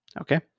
Okay